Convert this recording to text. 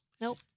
Nope